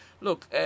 look